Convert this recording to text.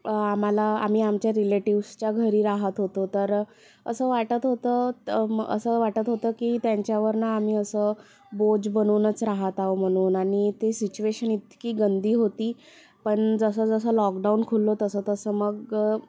आम्हाला आम्ही आमच्या रिलेटिव्हजच्या घरी राहत होतो तर असं वाटत होतं तर मग असं वाटत होतं की त्यांच्यावर ना आम्ही असं बोज बनूनच रहात आहो म्हणून आणि ती सिच्युवेशन इतकी गंदी होती पण जसंजसं लॉकडाउन खुललं तसंतसं मग